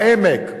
ב"עמק",